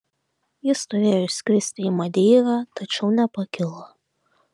jis turėjo išskristi į madeirą tačiau nepakilo